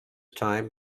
time